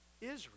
Israel